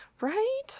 Right